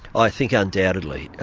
i think undoubtedly,